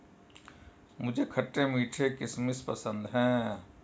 मुझे खट्टे मीठे किशमिश पसंद हैं